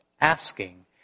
asking